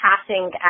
passing